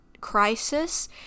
crisis